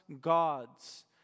God's